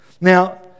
Now